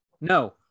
No